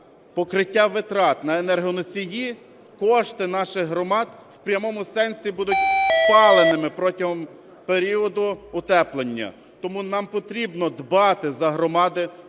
покриття витрат на енергоносії, кошти наших громад в прямому сенсі будуть спаленими протягом періоду утеплення. Тому нам потрібно дбати за громади,